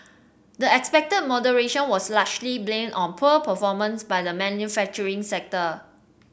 the expected moderation was largely blamed on poor performance by the manufacturing sector